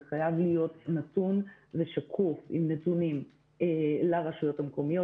זה חייב להיות נתון ושקוף עם נתונים לרשויות המקומית.